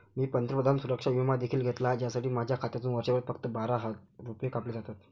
मी पंतप्रधान सुरक्षा विमा देखील घेतला आहे, ज्यासाठी माझ्या खात्यातून वर्षभरात फक्त बारा रुपये कापले जातात